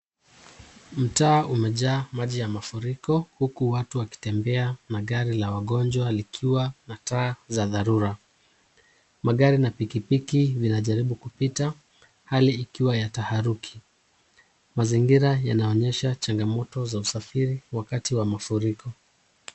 Mtaa umejaa maji ya mafuriko huku huku watu wakitembea na gari la wagonjwa zikiwa na taa za dharura. Magari na pikipiki vinajaribu kupita hali ikiwa ya taharuki. Mazingira yanaonyesha changamoto za usafiri wakati wa mafuriko.